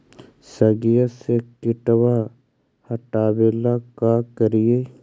सगिया से किटवा हाटाबेला का कारिये?